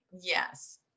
yes